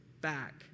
back